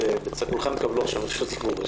כולכם תקבלו עכשיו רשות דיבור.